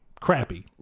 crappy